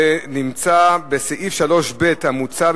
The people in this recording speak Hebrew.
זה נמצא בסעיף 3ב המוצע,